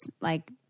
Like-